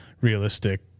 realistic